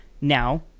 now